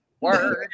Word